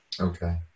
okay